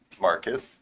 market